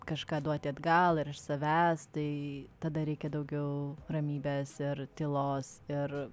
kažką duoti atgal ir iš savęs tai tada reikia daugiau ramybės ir tylos ir